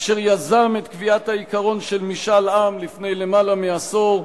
אשר יזם את קביעת העיקרון של משאל העם בחוק שנחקק לפני למעלה מעשור,